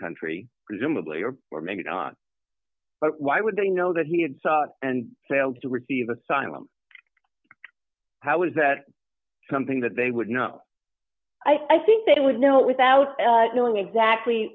or or maybe not but why would they know that he had sought and failed to receive asylum how is that something that they would know i think they would know without knowing exactly